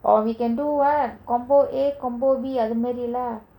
or we can do what combo A combo B அதுமாரி:athumari lah